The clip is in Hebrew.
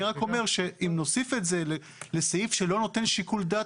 אני רק אומר שאם נוסיף את זה לסעיף שלא נותן שיקול דעת,